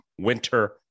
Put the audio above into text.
winter